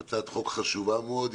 זו הצעת חוק חשובה מאוד.